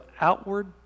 outward